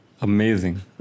Amazing